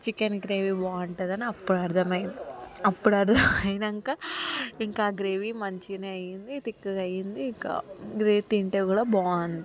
chicken gravy బాగుంటుందని అప్పుడు అర్థం అయ్యింది అప్పుడు అర్థం అయ్యాకా ఇంక గ్రేవీ మంచిగనే అయ్యింది థిక్గా అయ్యింది ఇంక గ్రేవీ తింటే కూడా బాగుంది